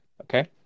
okay